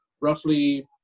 roughly